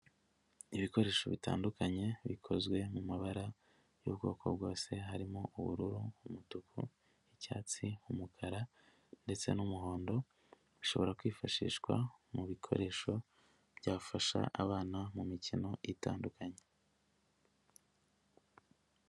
Ibikoresho bitandukanye bikozwe mu mabara y'ubwoko bwose, harimo ubururu, umutuku, icyatsi, umukara ndetse n'umuhondo, bishobora kwifashishwa, mu bikoresho byafasha abana mu mikino itandukanye.